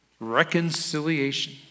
reconciliation